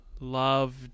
love